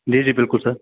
जी जी बिल्कुल सर